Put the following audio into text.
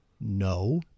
no